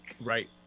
Right